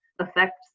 affects